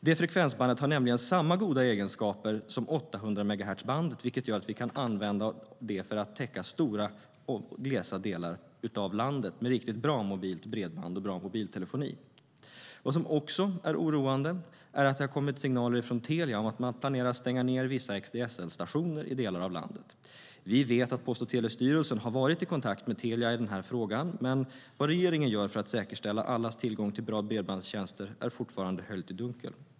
Det frekvensbandet har nämligen samma goda egenskaper som 800-megahertzbandet, vilket gör att vi kan använda det för att täcka stora och glest bebyggda delar av landet med riktigt bra mobilt bredband och bra mobiltelefoni. Vad som också är oroande är att det har kommit signaler från Telia om att man planerar att stänga ned vissa xDSL-stationer i delar av landet. Vi vet att Post och telestyrelsen har varit i kontakt med Telia i frågan, men vad regeringen gör för att säkerställa allas tillgång till bra bredbandstjänster är fortfarande höljt i dunkel.